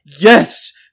Yes